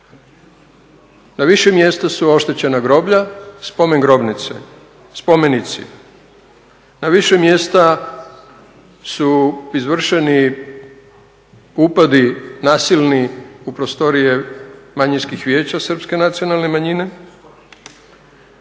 Na više mjesta su oštećena groblja, spomen grobnice, spomenici. Na više mjesta su izvršeni upadi nasilni u prostorije manjinskih Vijeća Srpske nacionalne manjine